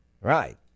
Right